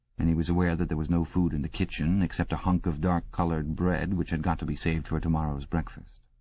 and he was aware that there was no food in the kitchen except a hunk of dark-coloured bread which had got to be saved for tomorrow's breakfast.